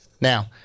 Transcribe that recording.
Now-